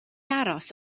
aros